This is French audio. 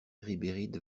ribéride